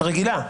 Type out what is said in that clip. הרגילה.